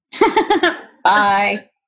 Bye